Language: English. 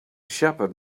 shepherd